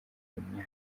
imwe